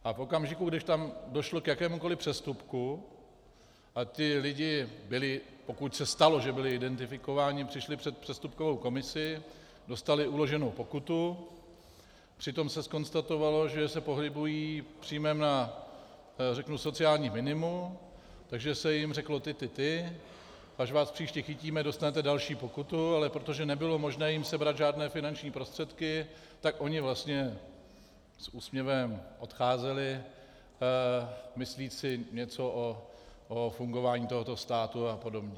V okamžiku, kdy tam došlo k jakémukoli přestupku a ti lidi byli, pokud se stalo, že byli identifikováni, přišli před přestupkovou komisi, dostali uloženou pokutu, přitom se zkonstatovalo, že se pohybují s příjmem na sociálním minimu, takže se jim řeklo ty, ty, ty, až vás příště chytíme, dostanete další pokutu, ale protože nebylo možné jim sebrat žádné finanční prostředky, tak oni vlastně s úsměvem odcházeli, myslíce si něco o fungování tohoto státu apod.